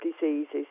diseases